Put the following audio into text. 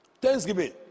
Thanksgiving